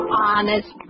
honest